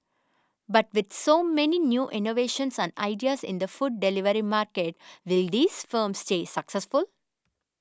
but with so many new innovations and ideas in the food delivery market will these firms stay successful